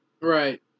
Right